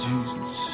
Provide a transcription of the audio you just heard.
Jesus